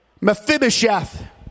Mephibosheth